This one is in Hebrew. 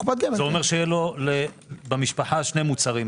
כלומר יהיו לו במשפחה שני מוצרים.